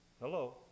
Hello